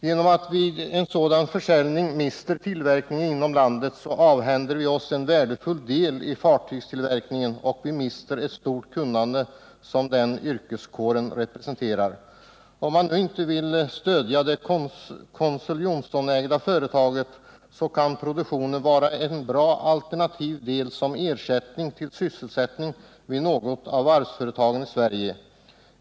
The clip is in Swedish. Genom att företaget säljer sin utrustning och sitt kunnande på det här området mister vi denna tillverkning inom landet. Vi avhänder oss samtidigt en värdefull del av fartygstillverkningen, och vi mister det stora kunnande som den ifrågavarande yrkeskåren representerar. Om man nu inte vill stödja det Johnsonägda företaget, så kan man i stället se denna produktion som en bra alternativsysselsättning vid något av varvsföretagen i Sverige.